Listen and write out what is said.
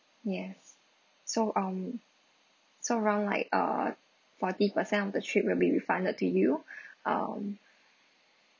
yes so um so around like uh forty per cent of the trip will be refunded to you um